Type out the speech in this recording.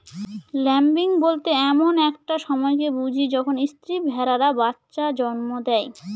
lambing বলতে এমন একটা সময়কে বুঝি যখন স্ত্রী ভেড়ারা বাচ্চা জন্ম দেয়